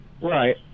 Right